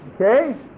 Okay